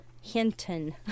Hinton